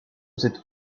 cette